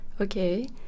Okay